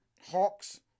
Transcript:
Hawks